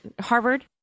Harvard